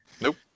Nope